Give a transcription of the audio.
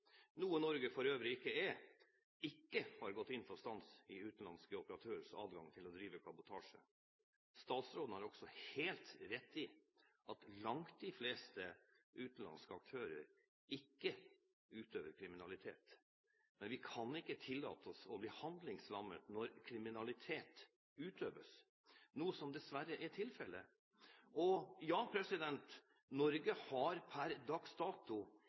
noe Norge for øvrig ikke er, ikke har gått inn for stans i utenlandske operatørers adgang til å drive kabotasje. Statsråden har også helt rett i at langt de fleste utenlandske aktører ikke utøver kriminalitet, men vi kan ikke tillate oss å bli handlingslammet når kriminalitet utøves, noe som dessverre er tilfelle. Norge har per dags dato